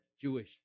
Jewish